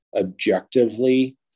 objectively